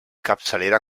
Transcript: capçalera